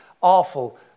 Awful